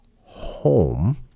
home